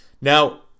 Now